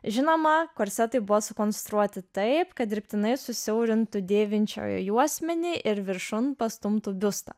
žinoma korsetai buvo sukonstruoti taip kad dirbtinai susiaurintų dėvinčiojo juosmenį ir viršun pastumtų biustą